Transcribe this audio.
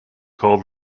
called